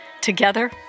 Together